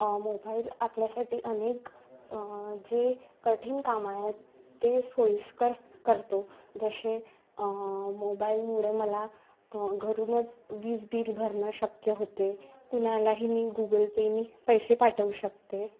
mobile आपल्यासाठी अनेक जे कठीण काम आहेत ते सोयीस्कर करतो जसे मोबाईलमुळे मला घरूनच वीज बिल भरणं शक्य होते कुणालाही मी गुगल पेने पैसे पाठवू शकते